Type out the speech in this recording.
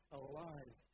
alive